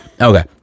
okay